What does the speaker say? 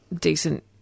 decent